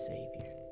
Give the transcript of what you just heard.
Savior